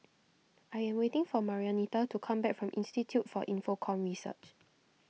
I am waiting for Marianita to come back from Institute for Infocomm Research